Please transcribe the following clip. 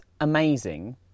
amazing